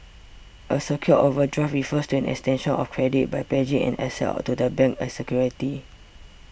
a secured overdraft refers to an extension of credit by pledging an asset to the bank as security